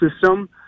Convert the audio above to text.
system